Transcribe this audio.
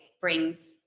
brings